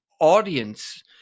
audience